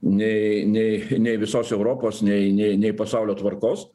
nei nei nei visos europos nei nei nei pasaulio tvarkos